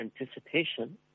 anticipation